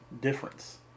difference